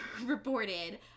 reported